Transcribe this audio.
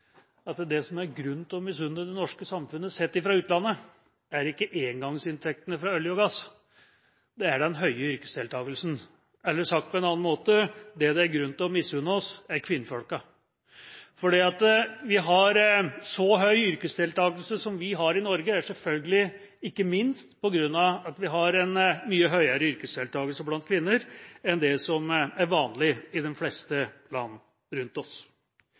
det som det er grunn til å misunne det norske samfunnet sett fra utlandet, er ikke engangsinntektene fra olje og gass, det er den høye yrkesdeltakelsen. Eller sagt på en annen måte: Det det er grunn til å misunne oss, er kvinnfolka. For det at vi har så høy yrkesdeltakelse som vi har i Norge, er selvfølgelig ikke minst på grunn av at vi har en mye høyere yrkesdeltakelse blant kvinner enn det som er vanlig i de fleste land rundt oss.